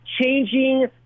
changing